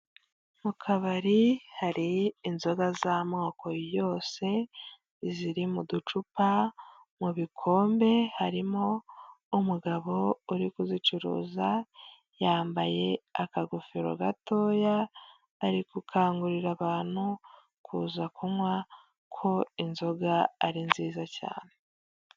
Mu kabari hari inzoga z'amoko yose, ziri mu ducupa, mu bikombe harimo umugabo uri kuzicuruza, yambaye akagofero gatoya, ari gukangurira abantu kuza kunywa, ko inzoga ari nziza cyane.